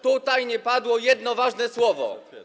Tutaj nie padło jedno ważne słowo.